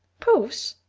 puffs?